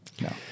No